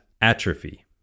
atrophy